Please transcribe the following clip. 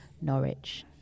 Norwich